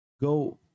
go